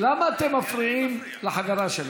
למה אתם מפריעים לחברה שלכם?